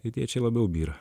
tai tėčiai labiau byra